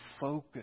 focus